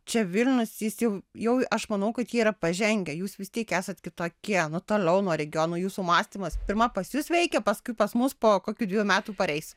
čia vilnius jis jau jau aš manau kad jie yra pažengę jūs vis tiek esat kitokie nu toliau nuo regiono jūsų mąstymas pirma pas jus veikia paskui pas mus po kokių dviejų metų pareis